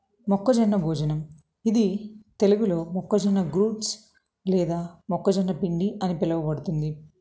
మొక్కజొన్న భోజనం ఇది తెలుగులో మొక్కజొన్న గూట్స్ లేదా మొక్కజొన్న పిండి అని పిలవబడుతుంది